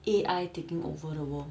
A_I taking over the world